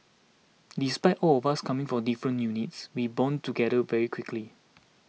despite all of us coming from different units we bonded together very quickly